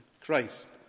Christ